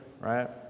right